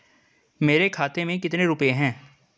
मेरे खाते में कितने रुपये हैं?